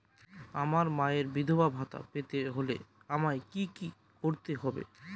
আমার মায়ের বিধবা ভাতা পেতে হলে আমায় কি কি করতে হবে?